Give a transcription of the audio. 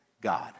God